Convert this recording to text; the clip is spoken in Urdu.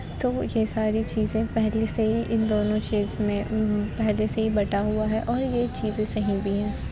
تو وہ یہ ساری چیزیں پہلے سے ہی اِن دونوں چیز میں پہلے سے ہی بٹا ہُوا ہے اور یہ چیزیں صحیح بھی ہیں